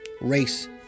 race